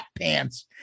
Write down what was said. pants